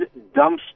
dumpster